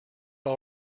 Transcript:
all